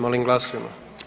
Molim glasujmo.